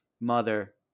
mother